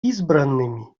избранными